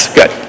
Good